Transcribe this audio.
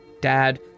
dad